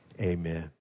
Amen